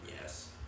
Yes